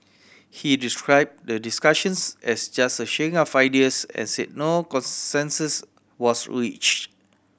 he described the discussions as just a sharing of ideas and said no consensus was reached